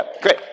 great